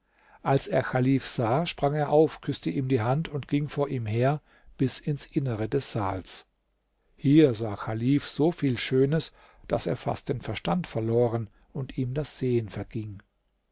als er chalif sah sprang er auf küßte ihm die hand und ging vor ihm her bis ins innere des saals hier sah chalif so viel schönes daß er fast den verstand verloren und ihm das sehen verging